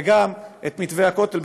וגם את מתווה הכותל,